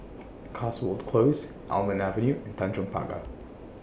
Cotswold Close Almond Avenue and Tanjong Pagar